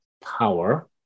power